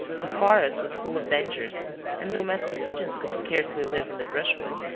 the forest was full of dangers and domestic pigeons could scarcely live in the brushwood.